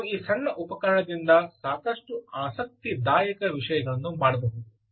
ನೀವು ಈ ಸಣ್ಣ ಉಪಕರಣದಿಂದ ಸಾಕಷ್ಟು ಆಸಕ್ತಿದಾಯಕ ವಿಷಯಗಳನ್ನು ಮಾಡಬಹುದು